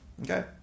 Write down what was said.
okay